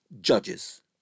Judges